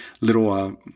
little